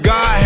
God